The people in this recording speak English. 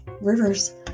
rivers